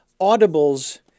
Audibles